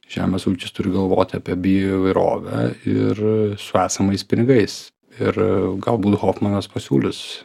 žemės ūkis turi galvoti apie bioįvairovę ir su esamais pinigais ir galbūt hofmanas pasiūlys